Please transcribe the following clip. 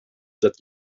that